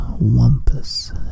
Wampus